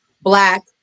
Black